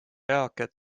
eakad